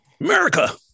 America